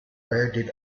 did